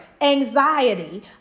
anxiety